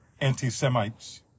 anti-Semites